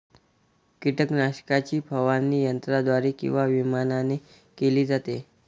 कीटकनाशकाची फवारणी यंत्राद्वारे किंवा विमानाने केली जाते